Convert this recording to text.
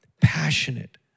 passionate